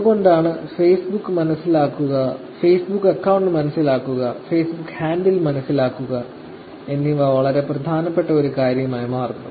അതുകൊണ്ടാണ് ഫേസ്ബുക്ക് മനസ്സിലാക്കുക Facebook account മനസിലാക്കുക ഫേസ്ബുക്ക് ഹാൻഡിൽ മനസ്സിലാക്കുക എന്നിവ വളരെ പ്രധാനപ്പെട്ട ഒരു കാര്യമായി മാറുന്നത്